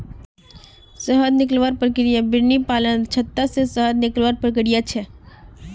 शहद निकलवार प्रक्रिया बिर्नि पालनत छत्ता से शहद निकलवार प्रक्रिया छे